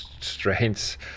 strange